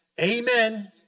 Amen